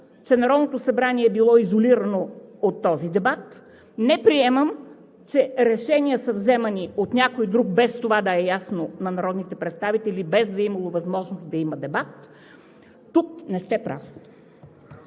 че Народното събрание е било изолирано от този дебат. Не приемам, че решения са вземани от някой друг, без това да е ясно на народните представители, без да е имало възможност да има дебат. Тук не сте прав.